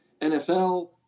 NFL